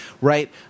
right